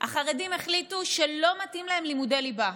החרדים החליטו שלא מתאים להם לימודי ליבה,